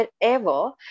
wherever